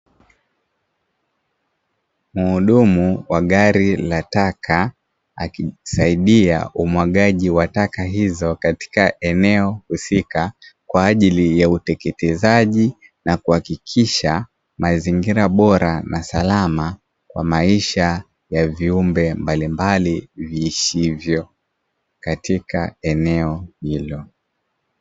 Mhudumu wagari la taka akisaidia umwagaji wa taka izo katika eneo husika kwa ajili ya uteketezaji na kuhakikisha mazingira bora na salama kwa maisha ya viumbe mbalimbali viishivyo katika eneo hilo.